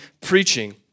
preaching